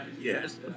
Yes